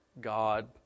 God